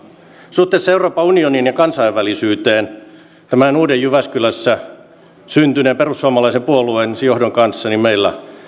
suhteessa euroopan unioniin ja kansainvälisyyteen tämän uuden jyväskylässä syntyneen perussuomalaisen puolueen johdon kanssa meillä